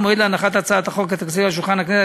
מוסבר בדברי ההסבר להצעה שהדבר מוצע כדי לאפשר